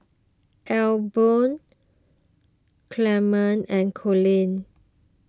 Albion Clement and Collin